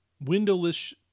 windowless